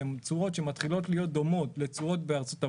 שהן תשואות שמתחילות להיות דומות לתשואות בארצות הברית,